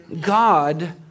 God